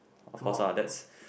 of course lah that's